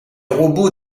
robots